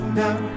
now